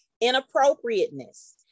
inappropriateness